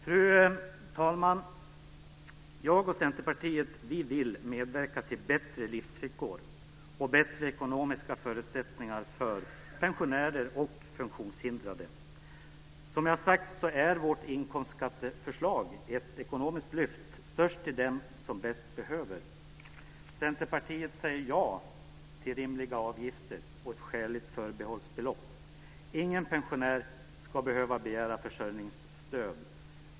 Fru talman! Jag och Centerpartiet vill medverka till bättre livsvillkor och bättre ekonomiska förutsättningar för pensionärer och funktionshindrade. Som jag sagt innebär vårt inkomstskatteförslag ett ekonomiskt lyft, störst till dem som bäst behöver det. Centerpartiet säger ja till rimliga avgifter och ett skäligt förbehållsbelopp. Ingen pensionär ska behöva begära försörjningsstöd.